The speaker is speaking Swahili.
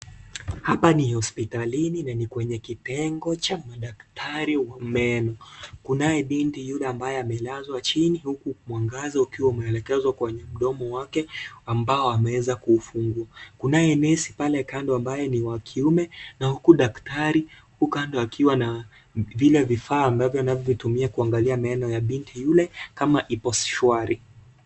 Hapa ni hospitalini na ni kwenye kitengo cha madaktari wa meno. Kunaye binti yule ambaye amelazwa chini huku mwangaza ukiwa umeelegezwa kwenye mdomo wake ambao wameweza kufungua. Kunaye nesi pale huku kando ambaye ni wa kiume na huku daktari kando akiwa na vile vifaa ambavyo vinaweza kutumia kuangalia meno ya binti yule kama ipo shwari.